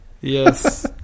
yes